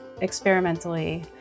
experimentally